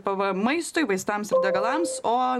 pvm maistui vaistams degalams o